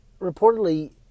reportedly